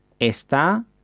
está